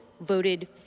voted